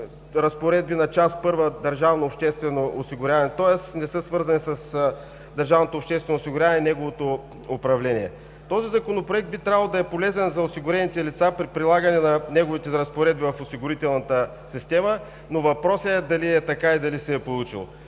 държавното обществено осигуряване и неговото управление. Този Законопроект би трябвало да е полезен за осигурените лица при прилагане на неговите разпоредби в осигурителната система, но въпросът е дали е така, и дали се е получило.